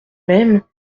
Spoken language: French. même